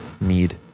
need